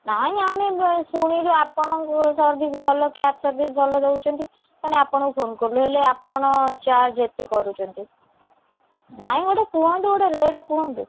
ନାଇଁ ଆମେ ଶୁଣିଲୁ ଆପଣଙ୍କ ସର୍ଭିସ୍ ଭଲ କ୍ୟାବ୍ ସର୍ଭିସ୍ ଭଲ ଦଉଛନ୍ତି ମାନେ ଆପଣଙ୍କୁ ଫୋନ୍ କଲୁ ହେଲେ ଆପଣ ଚାର୍ଜ ଏତେ କରୁଛନ୍ତି ନାଇଁ ଗୋଟେ କୁହନ୍ତୁ ଗୋଟେ ରେଟ୍ କୁହନ୍ତୁ